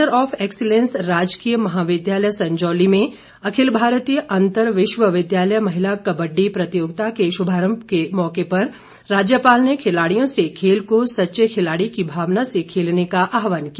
centre of excellence राजकीय महाविद्यालय संजौली में अखिल भारतीय अंतर विश्वविद्यालय महिला कबड्डी प्रतियोगिता के शुभारंभ के मौके पर राज्यपाल ने खिलाडियों से खेल को सच्चे खिलाडी की भावना से खेलने का आहवान किया